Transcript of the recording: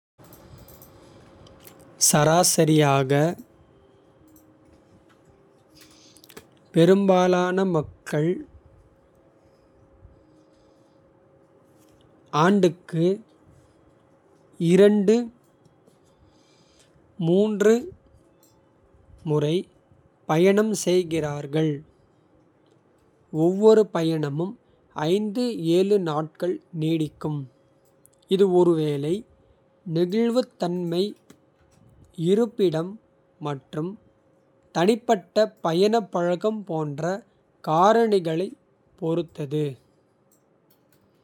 சராசரியாக பெரும்பாலான மக்கள் ஆண்டுக்கு. முறை பயணம் செய்கிறார்கள் ஒவ்வொரு பயணமும். நாட்கள் நீடிக்கும் இது வேலை நெகிழ்வுத்தன்மை. இருப்பிடம் மற்றும் தனிப்பட்ட பயணப் பழக்கம். போன்ற காரணிகளைப் பொறுத்தது.